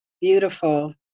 beautiful